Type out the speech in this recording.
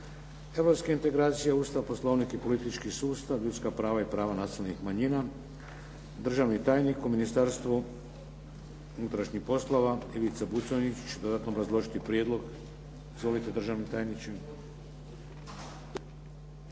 europske integracije, Ustav, Poslovnik i politički sustav, ljudska prava i prava nacionalnih manjina. Državni tajnik u Ministarstvu unutrašnjih poslova Ivica Buconjić će dodatno obrazložiti prijedlog. Izvolite državni tajniče.